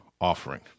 offering